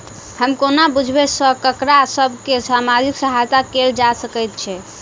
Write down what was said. हम कोना बुझबै सँ ककरा सभ केँ सामाजिक सहायता कैल जा सकैत छै?